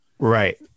right